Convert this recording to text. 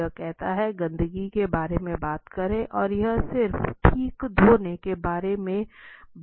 यह कहता है गंदगी के बारे में बात करें और यह सिर्फ ठीक धोने के बारे में बात करता है